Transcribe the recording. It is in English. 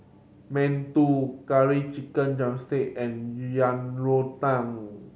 mantou Curry Chicken drumstick and Yang Rou Tang